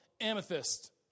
amethyst